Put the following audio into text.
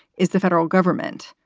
is the federal government,